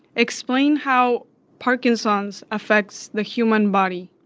explain how parkinson's affects the human body?